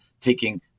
taking